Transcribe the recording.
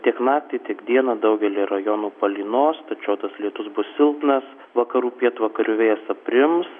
tiek naktį tiek dieną daugelyje rajonų palynos tačiau tas lietus bus silpnas vakarų pietvakarių vėjas aprims